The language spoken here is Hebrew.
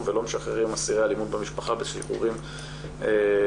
ולא משחררים אסירי אלימות במשפחה בשחרורים מינהליים.